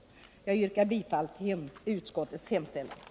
Fru talman! Jag yrkar bifall till utskottets hemställan.